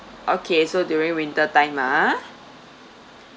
okay so during winter time lah ah